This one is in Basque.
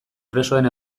presoen